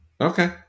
Okay